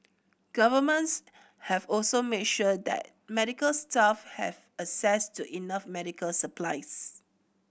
governments have also made sure that medical staff have access to enough medical supplies